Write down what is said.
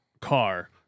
car